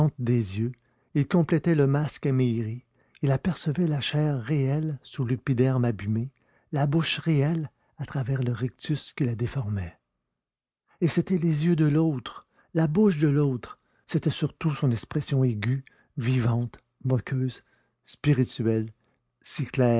des yeux il complétait le masque amaigri il apercevait la chair réelle sous l'épiderme abîmé la bouche réelle à travers le rictus qui la déformait et c'étaient les yeux de l'autre la bouche de l'autre c'était surtout son expression aiguë vivante moqueuse spirituelle